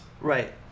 Right